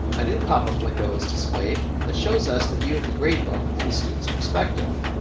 a new pop-up window is displayed that shows us the view of the gradebook from the student's perspective.